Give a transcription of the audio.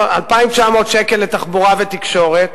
2,900 שקל לתחבורה ותקשורת,